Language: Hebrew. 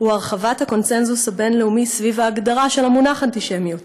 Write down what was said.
היא הרחבת הקונסנזוס הבין-לאומי סביב ההגדרה של המונח "אנטישמיות",